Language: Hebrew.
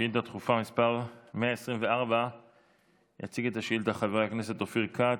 שאילתה דחופה מס' 124. יציג את השאילתה חבר הכנסת אופיר כץ,